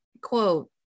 quote